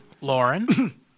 Lauren